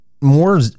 more